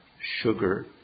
sugar